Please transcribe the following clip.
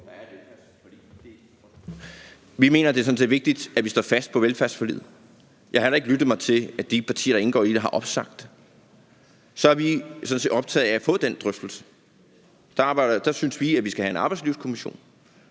Vi mener, det er sådan set er vigtigt, at vi står fast på velfærdsforliget. Jeg har heller ikke lyttet mig til, at de partier, der indgår i det, har opsagt det. Så vi er sådan set optaget af at få den drøftelse. Vi synes, vi skal have en arbejdslivskommission,